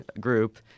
group